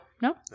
No